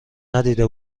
ندیده